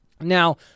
Now